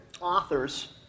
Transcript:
authors